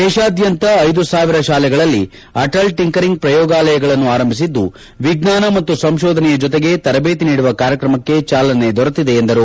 ದೇಶಾದ್ಯಂತ ಐದು ಸಾವಿರ ಶಾಲೆಗಳಲ್ಲಿ ಅಟಲ್ ಟಿಂಕರಿಂಗ್ ಪ್ರಯೋಗಾಲಯವನ್ನು ಆರಂಭಿಸಿದ್ದು ವಿಜ್ಞಾನ ಮತ್ತು ಸಂಶೋಧನೆಯ ಜೊತೆಗೆ ತರಬೇತಿ ನೀಡುವ ಕಾರ್ಯಕ್ರಮಕ್ಕೆ ಚಾಲನೆ ದೊರೆತಿದೆ ಎಂದರು